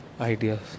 ideas